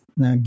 na